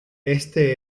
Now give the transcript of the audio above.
este